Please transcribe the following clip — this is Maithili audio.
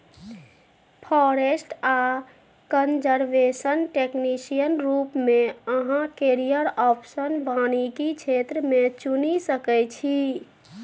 फारेस्ट आ कनजरबेशन टेक्निशियन रुप मे अहाँ कैरियर आप्शन बानिकी क्षेत्र मे चुनि सकै छी